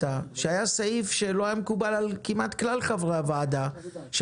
היה סעיף שלא היה מקובל על כמעט כלל חברי הוועדה,